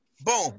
Boom